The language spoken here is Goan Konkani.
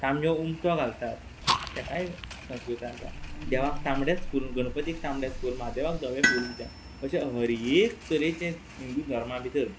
तामयो उमथो घालतात तेकाय संस्कृताय आसा देवाक तांबडेंच फूल गनपतीक तांबडेंच फूल म्हादेवाक धवें फूल किद्या अशें हर एक तरेचें हिंदू धर्मा भितर